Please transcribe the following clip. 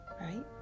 right